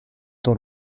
dans